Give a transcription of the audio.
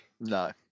No